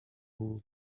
wool